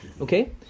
okay